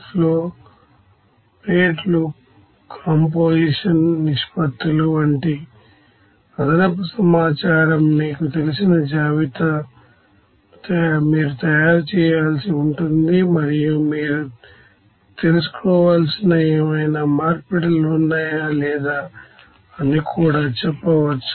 flow రేట్లు composition నిష్పత్తులు వంటి అదనపు సమాచారం మీకు తెలిసిన జాబితాను మీరు తయారు చేయాల్సి ఉంటుంది మరియు మీరు తెలుసుకోవాల్సిన ఏవైనా మార్పిడిలు ఉన్నాయా లేదా అని కూడా చెప్పవచ్చు